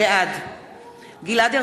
בעד גלעד ארדן,